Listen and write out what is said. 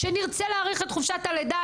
כשנרצה להאריך את חופשת הלידה,